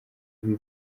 ibi